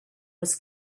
was